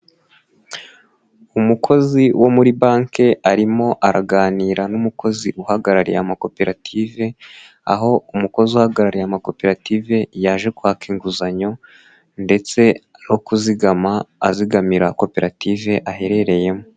Umukozi wo muri Banki arimo araganira n'umukozi uhagarariye amakoperative, aho umukozi uhagarariye amakoperative yaje kwaka inguzanyo ndetse no kuzigama, azigamira koperative aherereyemo.